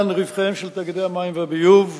רווחיהם של תאגידי המים והביוב העירוניים.